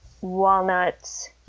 walnuts